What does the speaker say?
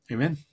Amen